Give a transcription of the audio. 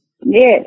Yes